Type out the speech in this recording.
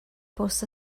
bws